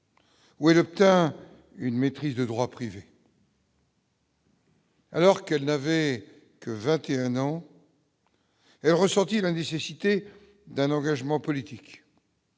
où elle obtint une maîtrise de droit privé. Alors qu'elle n'avait que 21 ans est ressorti la nécessité d'un engagement politique.